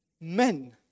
men